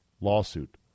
lawsuit